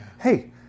Hey